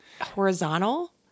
horizontal